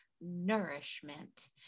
nourishment